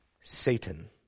satan